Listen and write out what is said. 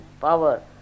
power